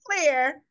clear